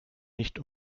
nicht